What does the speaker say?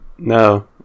No